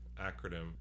acronym